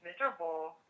miserable